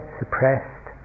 suppressed